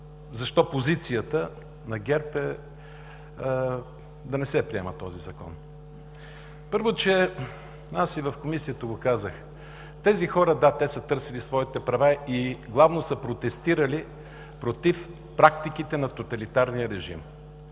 защо позицията на ГЕРБ е да не се приема този Закон. Първо, и в Комисията го казах: тези хора, да, те са търсили своите права и главно са протестирали против практиките на тоталитарния режим.